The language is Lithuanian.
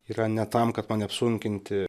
yra ne tam kad mane apsunkinti